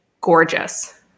gorgeous